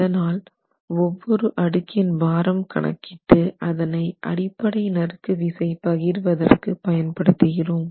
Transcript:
அதனால் ஒவ்வொரு அடுக்கின் பாரம் கணக்கிட்டு அதனை அடிப்படை நறுக்கு விசை பகிர்வதற்கு பயன்படுத்துகிறோம்